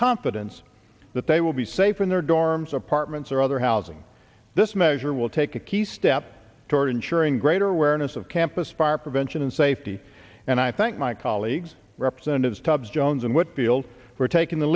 confidence that they will be safe in their dorms apartments or other housing this measure will take a key step toward ensuring greater awareness of campus fire prevention and safety and i thank my colleagues representatives tubbs jones and what deal for taking the